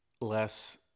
less